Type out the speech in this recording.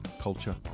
culture